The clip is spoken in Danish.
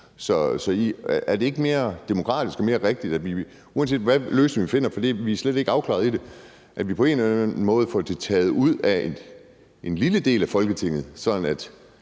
Er det ikke mere demokratisk og mere rigtigt, at uanset hvad for en løsning vi finder på det, for vi er slet ikke afklaret i forhold til det, får vi på en eller anden måde det taget ud af en lille del af Folketinget, sådan at